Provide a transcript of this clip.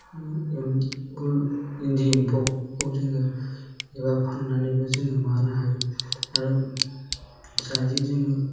इन्दि एम्फौखौ जोङो एबा फान्नानैबो जोङो माबानो हायो आरो जायो जोङो